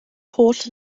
holl